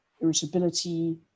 irritability